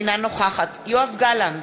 אינה נוכחת יואב גלנט,